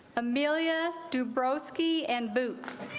amelia dubrovsky and boots